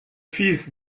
fils